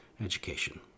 education